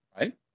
Right